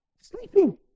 Sleeping